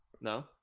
no